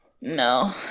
no